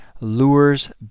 lures